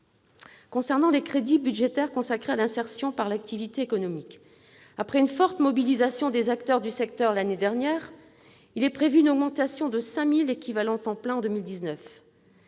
concerne les crédits budgétaires consacrés à l'insertion par l'activité économique, après une forte mobilisation des acteurs du secteur l'année dernière, une augmentation de 5 000 équivalents temps plein est